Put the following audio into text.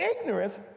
ignorance